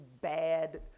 bad